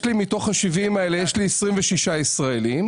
מתוך ה-70 האלה יש לי כ-26 ישראלים,